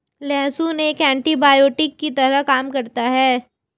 लहसुन एक एन्टीबायोटिक की तरह काम करता है